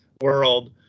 world